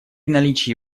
наличии